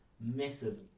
massive